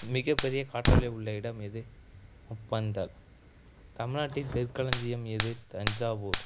மிகப்பெரிய காற்றாலை உள்ள இடம் எது முப்பந்தல் தமிழ்நாட்டின் தெற்களஞ்சியம் எது தஞ்சாவூர்